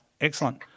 excellent